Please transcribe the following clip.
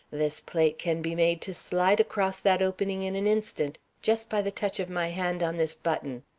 this plate can be made to slide across that opening in an instant just by the touch of my hand on this button.